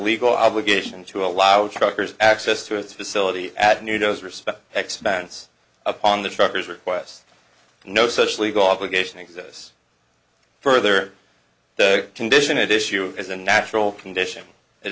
legal obligation to allow truckers access to his facility at new joe's respect expense upon the truckers request no such legal obligation exist further the condition at issue is a natural condition it